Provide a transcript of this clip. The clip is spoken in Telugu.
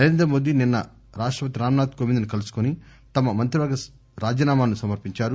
నరేంద్ర మోదీ నిన్న రాష్టపతి రామ్నాథ్ కోవింద్ ను కలుసుకొని తమ మంత్రివర్గ రాజీనామాను సమర్పించారు